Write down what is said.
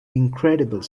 incredible